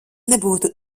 nebūtu